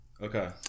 Okay